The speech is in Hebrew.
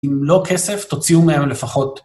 אם לא כסף, תוציאו מהם לפחות